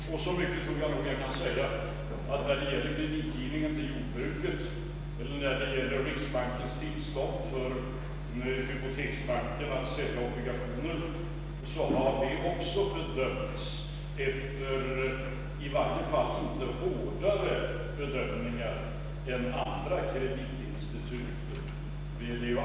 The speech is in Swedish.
Och så mycket tror jag mig kunna säga som att när det gäller kreditgivningen till jordbruket eller när det gäller riksbankens tillstånd till hypoteksbanken att sälja obligationer har bedömningen gjorts efter i varje fall inte hårdare kriterier än som tillämpats i fråga om andra kreditinstitut.